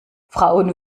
frauen